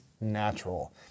natural